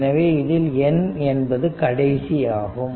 எனவே இதில் n என்பது கடைசி ஆகும்